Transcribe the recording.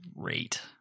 great